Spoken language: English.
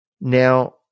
Now